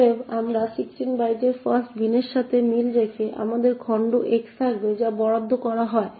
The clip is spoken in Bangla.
অতএব আমরা 16 বাইটের ফাস্ট বিনের সাথে মিল রেখে আমাদের খণ্ড x থাকবে যা বরাদ্দ করা হয়